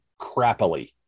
crappily